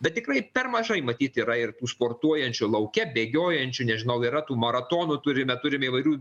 bet tikrai per mažai matyt yra ir tų sportuojančių lauke bėgiojančių nežinau yra tų maratonų turime turime įvairių